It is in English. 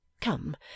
Come